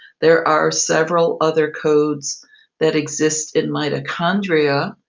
there are several other codes that exist in mitochondria.